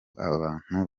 abantu